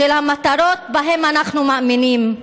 של המטרות שבהן אנחנו מאמינים,